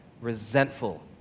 resentful